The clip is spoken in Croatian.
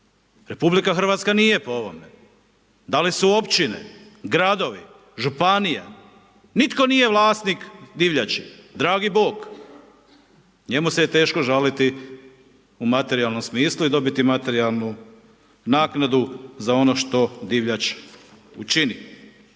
u RH? RH nije po ovome. Da li su općine? Gradovi? Županije? Nitko nije vlasnik divljači. Dragi Bog. Njemu se je teško žaliti u materijalnom smislu i dobiti materijalnu naknadu za ono što divljač učini.